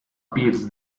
appears